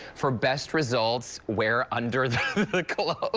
for best results wear under the clothes.